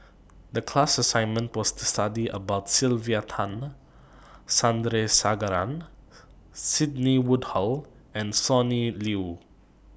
The class assignment was to study about Sylvia Tan Sandrasegaran Sidney Woodhull and Sonny Liew